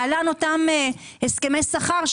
להלן אותם הסכמי שכר,